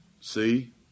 See